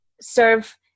serve